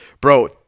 bro